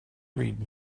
read